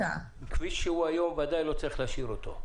כפי שהוא היום, ודאי לא צריך להשאיר אותו.